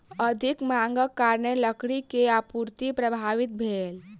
अधिक मांगक कारण लकड़ी के आपूर्ति प्रभावित भेल